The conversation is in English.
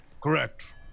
Correct